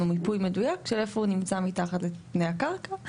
מיפוי מדויק של איפה הוא נמצא מתחת לפני הקרקע.